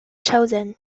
chosen